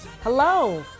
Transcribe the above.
Hello